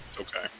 Okay